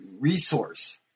resource